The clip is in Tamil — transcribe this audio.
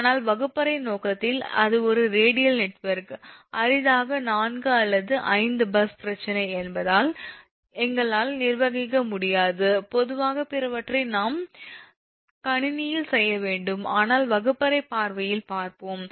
ஆனால் வகுப்பறை நோக்கத்தில் அது ஒரு ரேடியல் நெட்வொர்க் அரிதாக 4 அல்லது 5 பஸ் பிரச்சனை என்பதால் எங்களால் நிர்வகிக்க முடியாது பொதுவாக பிறவற்றை நாம் கணினியில் செய்ய வேண்டும் ஆனால் வகுப்பறை பார்வையில் பார்ப்போம்